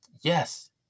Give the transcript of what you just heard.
yes